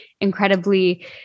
incredibly